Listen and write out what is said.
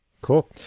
cool